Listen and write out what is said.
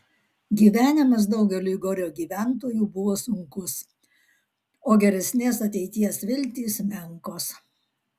gyvenimas daugeliui gorio gyventojų buvo sunkus o geresnės ateities viltys menkos